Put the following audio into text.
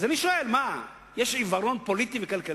אז אני שואל: מה, יש כזה עיוורון פוליטי וכלכלי?